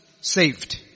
saved